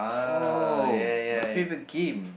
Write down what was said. oh my favorite game